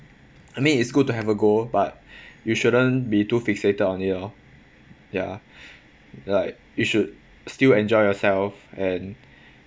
I mean it's good to have a goal but you shouldn't be too fixated on it orh ya like you should still enjoy yourself and